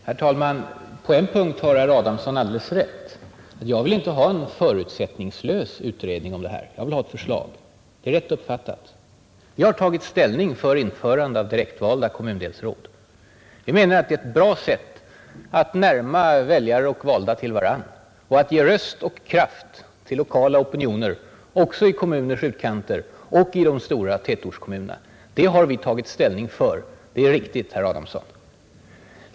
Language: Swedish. Herr talman! På en punkt har herr Adamsson alldeles rätt: Jag vill inte ha en förutsättningslös utredning om det här. Jag vill ha ett förslag, Det är rätt uppfattat. Vi har tagit ställning för införande av direktvalda kommundelsråd. Vi menar att det är ett bra sätt att närma väljare och valda till varandra och att ge röst och kraft åt lokala opinioner också i kommuners utkanter och i de stora tätortskommunerna. Det har vi tagit ställning för; det är riktigt, herr Adamsson.